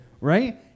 right